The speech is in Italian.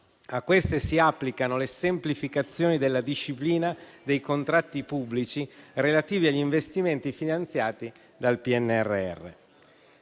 A queste si applicano le semplificazioni della disciplina dei contratti pubblici, relativi agli investimenti finanziati dal PNRR.